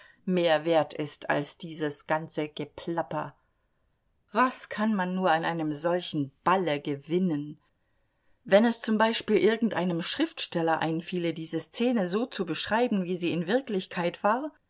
mehr wert ist als dieses ganze geplapper was kann man nur an einem solchen balle gewinnen wenn es z b irgendeinem schriftsteller einfiele diese szene so zu beschreiben wie sie in wirklichkeit war